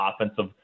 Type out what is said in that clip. offensive